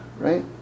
right